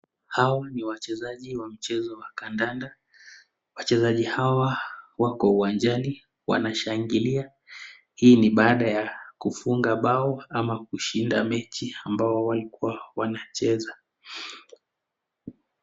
Hao ni wachezaji wa mchezo wa kandanda, wachezaji hawa wako uwanjani wanashangilia hii ni baada ya kufunga bao ama kushinda mechi ambao walikuwa wanacheza.